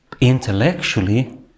intellectually